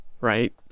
right